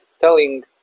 telling